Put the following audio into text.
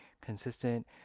consistent